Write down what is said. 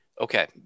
Okay